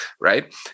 right